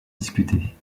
discutée